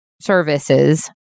services